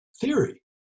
theory